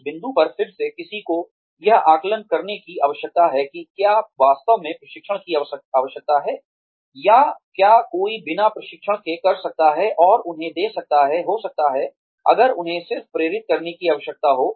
उस बिंदु पर फिर से किसी को यह आकलन करने की आवश्यकता है कि क्या वास्तव में प्रशिक्षण की आवश्यकता है या क्या कोई बिना प्रशिक्षण के कर सकता है और उन्हें दे सकता है हो सकता है अगर उन्हें सिर्फ प्रेरित करने की आवश्यकता हो